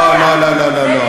לא לא לא לא לא.